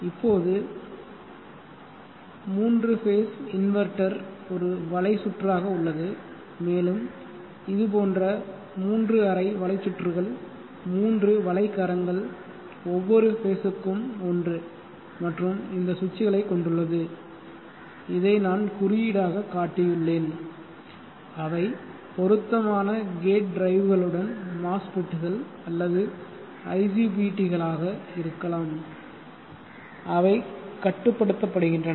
இப்போது 3 phase inverter ஒரு வலை சுற்றாக உள்ளதுமேலும் இது போன்ற 3 அரை வலைசுற்றுக்கள் 3 வளைக் கரங்கள் ஒவ்வொரு ஃபேஸ்க்கும் ஒன்று மற்றும் இந்த சுவிட்சுகளை கொண்டுள்ளது இதை நான் குறியீடாகக் காட்டியுள்ளேன் அவை பொருத்தமான கேட் டிரைவ்களுடன் MOSFET கள் அல்லது IGBT களாக இருக்கலாம் அவை கட்டுப்படுத்தப்படுகின்றன